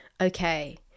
okay